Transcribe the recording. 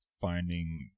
finding